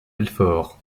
belfort